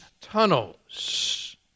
tunnels